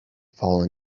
fallen